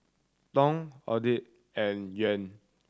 Dong AUD and Yuan